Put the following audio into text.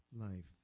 life